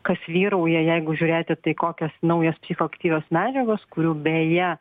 kas vyrauja jeigu žiūrėti tai kokios naujos psichoaktyvios medžiagos kurių beje